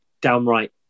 downright